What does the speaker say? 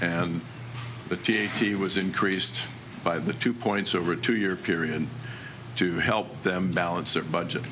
and the t t was increased by the two points over a two year period to help them balance their budget